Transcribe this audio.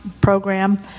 program